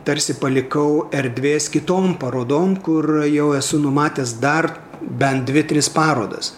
tarsi palikau erdvės kitom parodom kur jau esu numatęs dar bent dvi tris parodas